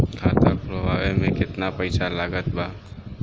खाता खुलावे म केतना पईसा लागत बा?